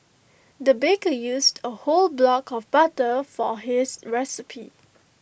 the baker used A whole block of butter for his recipe